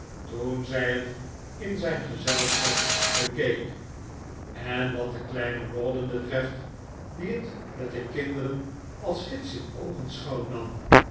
toen zij het in zijn gezelschap bekeek en wat de kleine rawdon betreft die het met de kinderen als gids in oogenschouw nam